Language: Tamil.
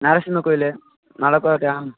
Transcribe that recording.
நரசிம்மர் கோயில் மலைக்கோட்டை